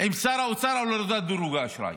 עם שר האוצר על הורדת דירוג האשראי.